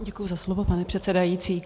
Děkuji za slovo, pane předsedající.